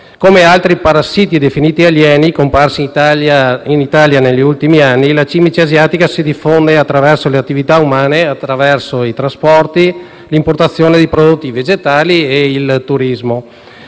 Come altri parassiti definiti alieni, comparsi in Italia negli ultimi anni, la cimice asiatica si diffonde attraverso le attività umane, ovvero trasporti, importazione di prodotti vegetali e turismo.